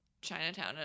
Chinatown